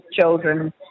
children